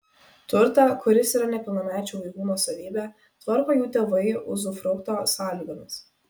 turtą kuris yra nepilnamečių vaikų nuosavybė tvarko jų tėvai uzufrukto sąlygomis